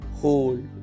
hold